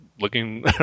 looking